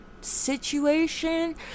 situation